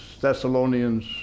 Thessalonians